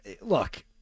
Look